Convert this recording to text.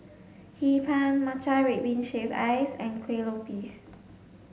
Hee Pan Matcha red bean shaved ice and Kueh Lopes